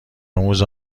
آموز